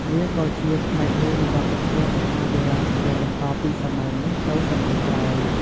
វាក៏ជាផ្នែកមួយនៃវប្បធម៌អាហារបុរាណដែលបន្តពីសម័យនេះទៅសម័យក្រោយ។